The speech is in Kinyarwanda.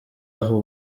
aho